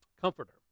Comforter